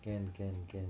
can can can